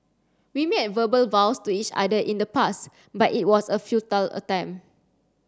we made a verbal vows to each other in the past but it was a futile attempt